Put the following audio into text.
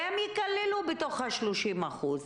והם ייכללו בתוך ה-30%.